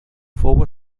fou